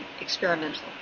experimental